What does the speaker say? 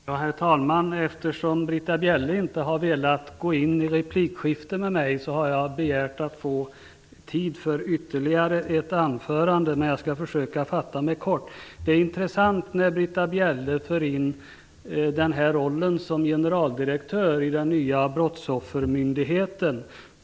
Herr talman! Eftersom Britta Bjelle inte har velat gå in i ett replikskifte med mig, har jag begärt att få tid för ytterligare ett anförande. Jag skall försöka fatta mig kort. Det är intressant att Britta Bjelle för in rollen som generaldirektör i den nya brottsoffermyndigheten.